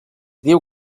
diu